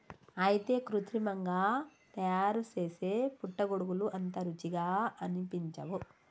అయితే కృత్రిమంగా తయారుసేసే పుట్టగొడుగులు అంత రుచిగా అనిపించవు